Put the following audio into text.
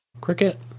cricket